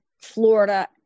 florida